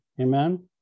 Amen